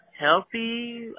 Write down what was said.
Healthy